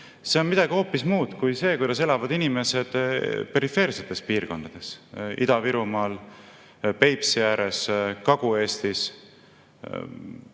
on midagi hoopis muud kui see, kuidas elavad inimesed perifeersetes piirkondades, Ida-Virumaal, Peipsi ääres, Kagu-Eestis